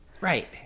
Right